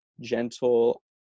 gentle